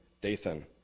Dathan